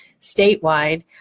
statewide